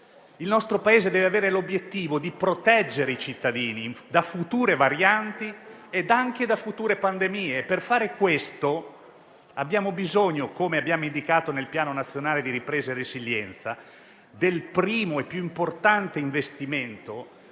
Il nostro Paese deve avere l'obiettivo di proteggere i cittadini da future varianti e anche da future pandemie. E, per fare questo, abbiamo bisogno - come abbiamo indicato nel Piano nazionale di ripresa e resilienza - del primo e più importante investimento